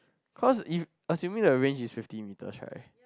cause you assuming the range is fifty metres right